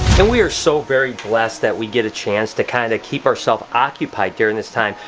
and we are so very blessed that we get a chance to kind of keep ourself occupied during this time.